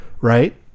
right